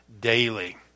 daily